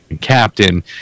captain